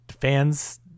fans